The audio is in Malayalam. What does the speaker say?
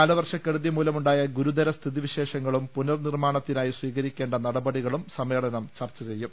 കാലവർഷ ക്കെടുതി മൂലമുണ്ടായ ഗുരുതര സ്ഥിതി വിശേഷങ്ങളും പുനർ നിർമ്മാണത്തിനായി സ്വീകരിക്കേണ്ട നടപടികളും സമ്മേളനം ചർച്ച ചെയ്യും